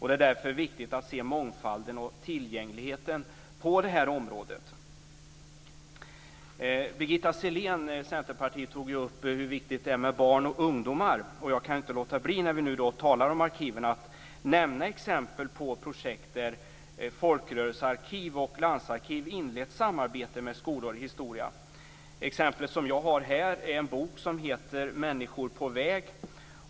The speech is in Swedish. Det är därför viktigt att se till mångfaldigheten och tillgängligheten på detta område. Birgitta Sellén från Centerpartiet tog upp hur viktigt det är med barn och ungdomar. Jag kan inte låta bli när vi nu talar om arkiven att nämna exempel på projekt där folkrörelsearkiv och landsarkiv inlett samarbete med skolor i historia. Exemplet som jag har här en bok som heter Människor på väg.